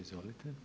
Izvolite.